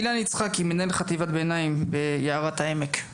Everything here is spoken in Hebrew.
אילן יצחקי, מנהל חטיבת ביניים ביערת העמק, בבקשה.